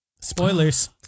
Spoilers